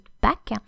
back